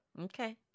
Okay